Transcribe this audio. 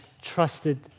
trusted